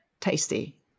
tasty